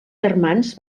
germans